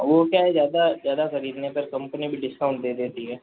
वो क्या है ज़्यादा ज़्यादा खरीदने पर कम्पनी भी डिस्काउंट दे देती है